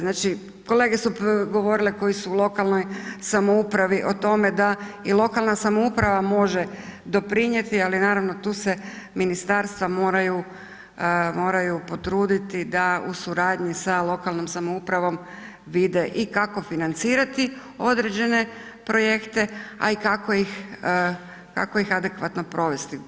Znači, kolege su govorile koji su u lokalnoj samoupravi o tome da i lokalna samouprava može doprinijeti, ali naravno tu se ministarstva moraju, moraju potruditi da u suradnji sa lokalnom samoupravom vide i kako financirati određene projekte, a i kako ih adekvatno provesti.